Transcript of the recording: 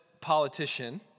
politician